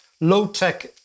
low-tech